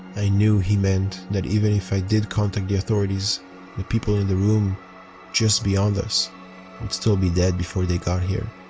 knew he meant that even if i did contact the authorities the people in the room just beyond us would still be dead before they got here.